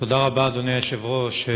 תודה רבה, אדוני היושב-ראש.